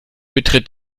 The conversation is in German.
betritt